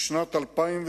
שבשנת 2003,